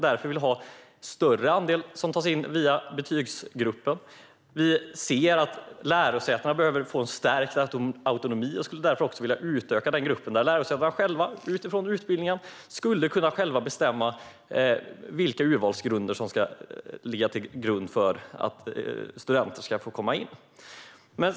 Därför vill vi ha en större andel som tas in via betygsgruppen. Vi ser att lärosätena behöver få en stärkt autonomi, och vi skulle därför vilja utöka den grupp där lärosätena utifrån utbildningen själva kan bestämma vilka urvalsgrunder som ska gälla för att studenter ska få komma in.